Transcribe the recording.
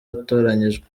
batoranyijwe